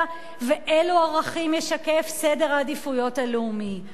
ואילו ערכים סדר העדיפויות הלאומי משקף.